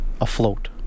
afloat